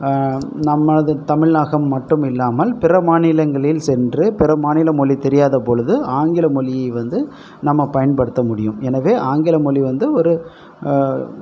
நமது தமிழாக மட்டும் இல்லாமல் பிற மாநிலங்களில் சென்று பிற மாநில மொழி தெரியாத பொழுது ஆங்கில மொழி வந்து நம்ம பயன்படுத்த முடியும் எனவே ஆங்கில மொழி வந்து ஒரு